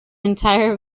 entire